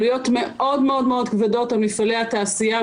עלויות מאוד מאוד כבדות על מפעלי התעשייה,